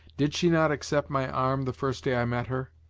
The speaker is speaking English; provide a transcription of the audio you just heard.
did she not accept my arm, the first day i met her?